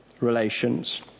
relations